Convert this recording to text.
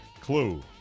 clue